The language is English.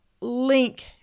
link